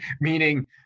meaning